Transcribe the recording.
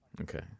Okay